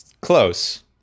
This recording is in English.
close